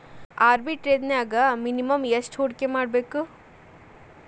ಆರ್ಬಿಟ್ರೆಜ್ನ್ಯಾಗ್ ಮಿನಿಮಮ್ ಯೆಷ್ಟ್ ಹೂಡ್ಕಿಮಾಡ್ಬೇಕ್?